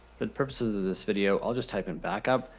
for the purposes of this video i'll just type in backup,